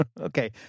Okay